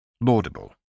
Laudable